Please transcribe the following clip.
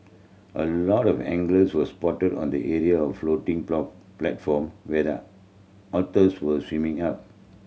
a lot of anglers was spotted on the area of floating platform where the otters were swimming up